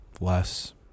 less